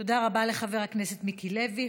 תודה רבה לחבר הכנסת מיקי לוי.